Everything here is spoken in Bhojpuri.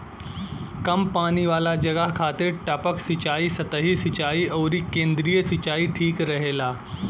कम पानी वाला जगह खातिर टपक सिंचाई, सतही सिंचाई अउरी केंद्रीय सिंचाई ठीक रहेला